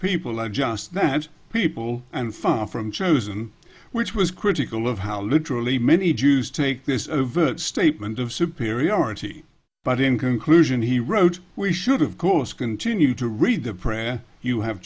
people are just that people and far from chosen which was critical of how literally many jews take this overt statement of superiority but in conclusion he wrote we should of course continue to read the prayer you have